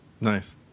nice